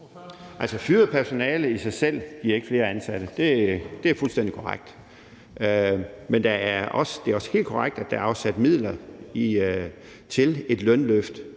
(M): Fyret personale i sig selv giver ikke flere ansatte. Det er fuldstændig korrekt, men det er også helt korrekt, at der er afsat midler til et lønløft